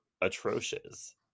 atrocious